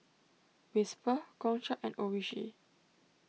Whisper Gongcha and Oishi